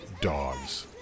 Dogs